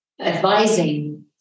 advising